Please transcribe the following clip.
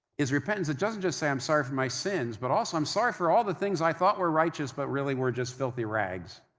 is repentance that doesn't just say, i'm sorry for my sins, but also, i'm sorry for all the things i thought were righteous but really were just filthy rags.